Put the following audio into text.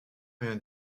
rien